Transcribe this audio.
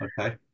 okay